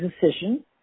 decision